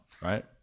right